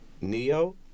Neo